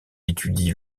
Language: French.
étudie